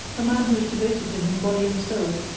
a man who is devoted to him body and soul,